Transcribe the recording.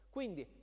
Quindi